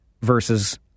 versus